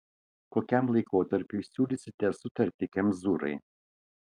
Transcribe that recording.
kokiam laikotarpiui siūlysite sutartį kemzūrai